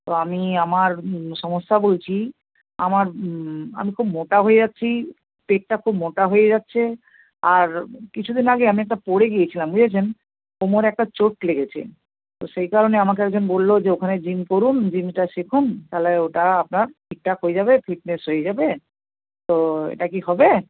তো আমি আমার সমস্যা বলছি আমার আমি খুব মোটা হয়ে যাচ্ছি পেটটা খুব মোটা হয়ে যাচ্ছে আর কিছু দিন আগে আমি একটা পড়ে গিয়েছিলাম বুঝেছেন কোমরে একটা চোট লেগেছে তো সেই কারণে আমাকে একজন বলল যে ওখানে জিম করুন জিমটা শিখুন তাহলে ওটা আপনার ঠিকঠাক হয়ে যাবে ফিটনেস হয়ে যাবে তো এটা কি হবে